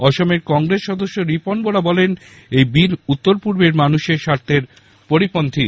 অসমের কংগ্রেস সদস্য রিপন বোরা বলেন এই বিল উত্তর পূর্বের মানুষের স্বার্থের পরিপন্থী